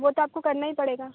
वो तो आपको करना ही पड़ेगा